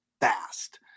fast